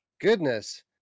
goodness